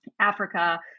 Africa